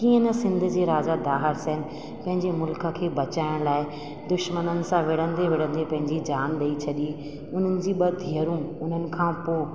कीअं न सिंध जे राजा दाहिर सेन पंहिंजे मुल्क खे बचाइण लाइ दुश्मननि सां विणंदे विणंदे पंहिंजी जान ॾेई छॾी उन्हनि जी ॿ धीअरूं उन्हनि खां पोइ